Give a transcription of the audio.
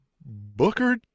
booker